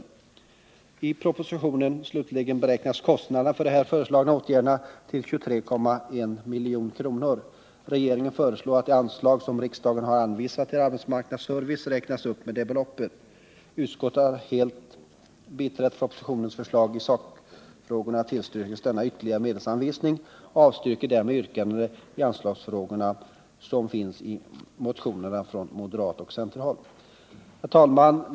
Slutligen beräknas i propositionen kostnaderna för där föreslagna åtgärder till 23,1 milj.kr. Regeringen föreslår att det anslag som riksdagen har anvisat till arbetsmarknadsservice räknas upp med det beloppet. Utskottet, som helt har biträtt propositionens förslag i sakfrågorna, tillstyrker denna ytterligare medelsanvisning och avstyrker därmed de yrkanden i anslagsfrågorna som finns i motionerna från moderatoch centerhåll. Herr talman!